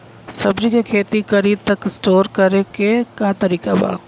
सब्जी के खेती करी त स्टोर करे के का तरीका बा?